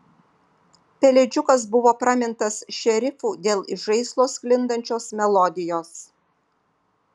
pelėdžiukas buvo pramintas šerifu dėl iš žaislo sklindančios melodijos